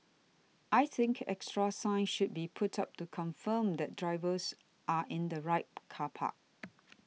I think extra signs should be put up to confirm that drivers are in the right car park